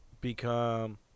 become